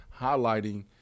highlighting